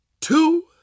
two